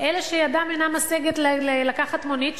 אלה שידם אינה משגת לקחת מונית,